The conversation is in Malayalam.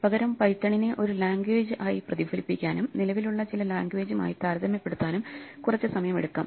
പകരം പൈത്തണിനെ ഒരു ലാംഗ്വേജ് ആയി പ്രതിഫലിപ്പിക്കാനും നിലവിലുള്ള ചില ലാംഗ്വേജുമായി താരതമ്യപ്പെടുത്താനും കുറച്ച് സമയമെടുക്കാം